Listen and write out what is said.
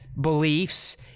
beliefs